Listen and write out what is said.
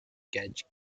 catch